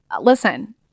listen